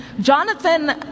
Jonathan